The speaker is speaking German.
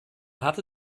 hatte